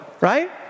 right